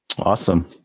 Awesome